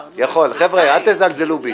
חבר'ה, אל תזלזלו בי.